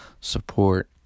support